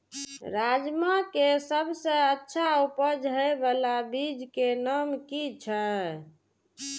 राजमा के सबसे अच्छा उपज हे वाला बीज के नाम की छे?